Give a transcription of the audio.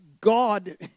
God